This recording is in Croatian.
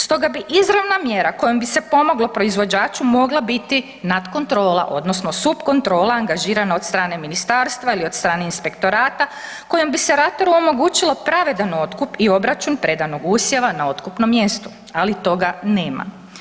Stoga bi izravna mjera kojom bi se pomoglo proizvođaču mogla biti nadkontrola, odnosno subkontrola angažirana od strane ministarstva ili od strane Inspektorata kojem bi se rataru omogućila pravedan otkup i obračun predanog usjeva na otkupno mjesto, ali toga nema.